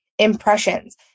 Impressions